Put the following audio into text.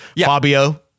Fabio